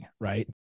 Right